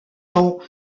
temps